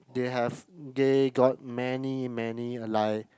they have they got many many like